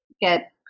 get